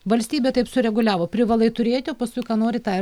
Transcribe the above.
valstybė taip sureguliavo privalai turėti o paskui ką nori tą ir